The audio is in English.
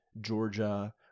Georgia